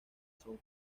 son